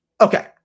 Okay